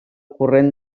corrent